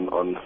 on